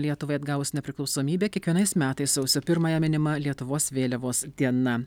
lietuvai atgavus nepriklausomybę kiekvienais metais sausio pirmąją minima lietuvos vėliavos diena